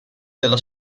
della